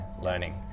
learning